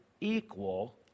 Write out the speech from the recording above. equal